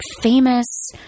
famous